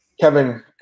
Kevin